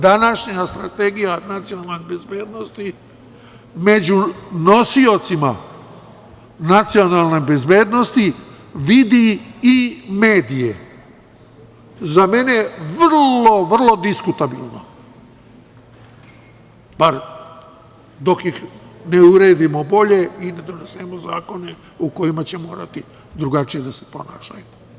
Današnja strategija nacionalne bezbednosti među nosiocima nacionalne bezbednosti vidi i medije, za mene vrlo, vrlo diskutabilno, bar dok ih ne uredimo bolje i ne donesemo zakone u kojima će morati drugačije da se ponašaju.